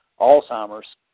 Alzheimer's